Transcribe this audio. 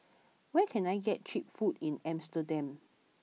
where can I get cheap food in Amsterdam